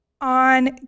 On